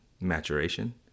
maturation